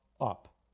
up